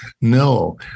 no